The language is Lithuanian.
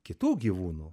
kitų gyvūnų